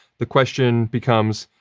the question becomes,